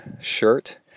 shirt